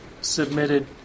submitted